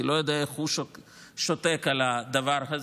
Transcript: כי אני לא יודע איך הוא שותק על הדבר הזה,